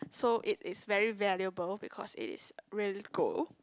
so it is very valuable because it is real gold